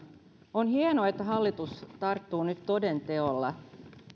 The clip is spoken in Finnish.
on hienoa että hallitus tarttuu nyt toden teolla